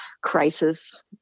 crisis